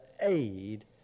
aid